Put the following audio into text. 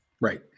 Right